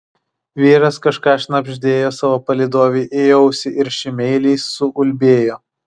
vyras kažką šnabždėjo savo palydovei į ausį ir ši meiliai suulbėjo